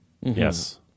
Yes